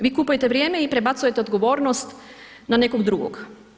Vi kupujete vrijeme i prebacujete odgovornost na nekog drugog.